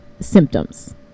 symptoms